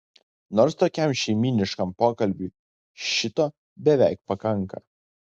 nors tokiam šeimyniškam pokalbiui šito beveik pakanka